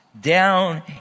down